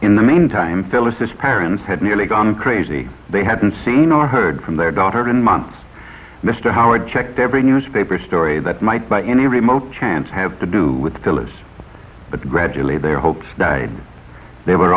in the meantime phyllis's parents had merely gone crazy they hadn't seen or heard from their daughter in months mr howard checked every newspaper story that might by any remote chance have to do with phyllis but gradually their hopes died they were